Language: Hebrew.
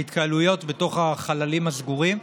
ההתקהלויות בתוך החללים הסגורים,